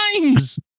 times